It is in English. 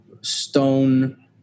stone